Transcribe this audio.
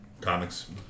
comics